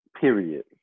period